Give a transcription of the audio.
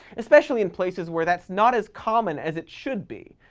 especially in places where that's not as common as it should be.